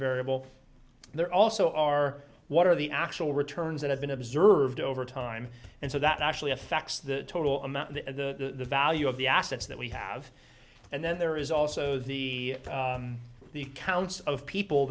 variable there also are what are the actual returns that have been observed over time and so that actually affects the total amount of the value of the assets that we have and then there is also the the counts of people